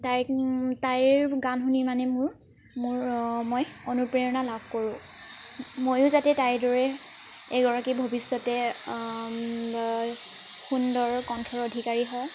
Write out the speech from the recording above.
তাইক তাইৰ গান শুনি মানে মোৰ মই অনুপ্ৰেৰণা লাভ কৰোঁ ময়ো যাতে তাইৰ দৰে এগৰাকী ভৱিষ্যতে সুন্দৰ কণ্ঠৰ অধিকাৰী হওঁ